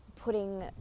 putting